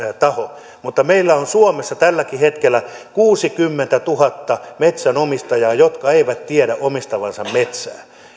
taho mutta meillä on suomessa tälläkin hetkellä kuusikymmentätuhatta metsänomistajaa jotka eivät tiedä omistavansa metsää